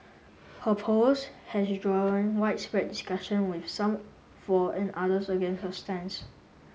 her post has drawn widespread discussion with some for and others against her stance